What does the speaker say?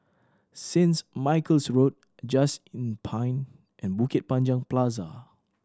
Saints Michael's Road Just Inn Pine and Bukit Panjang Plaza